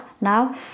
Now